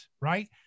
right